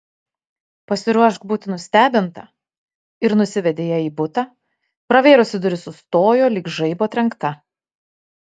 pasiruošk būti nustebinta ir nusivedė ją į butą pravėrusi duris sustojo lyg žaibo trenkta